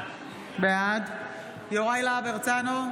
בעד יוראי להב הרצנו,